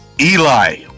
Eli